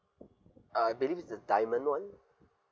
uh I believe is the diamond one